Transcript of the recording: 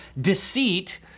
deceit